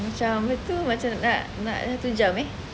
macam apa tu macam macam nak satu jam eh